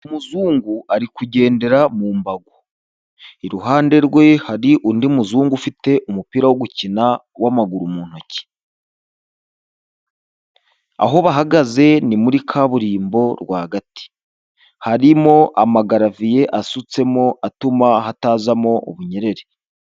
Umuzungu ari kugendera mu mbago, iruhande rwe hari undi muzungu ufite umupira wo gukina w'amaguru mu ntoki, aho bahagaze muri kaburimbo rwagati, harimo amagaraviye asutsemo, atuma hatazamo ubunyereri.